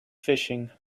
fishing